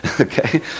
okay